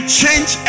change